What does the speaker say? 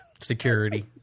Security